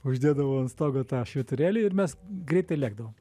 uždėdavau ant stogo tą švyturėlį ir mes greitai lėkdavom